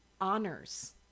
honors